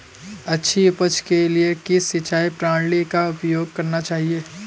अच्छी उपज के लिए किस सिंचाई प्रणाली का उपयोग करना चाहिए?